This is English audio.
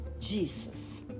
Jesus